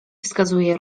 wskazuję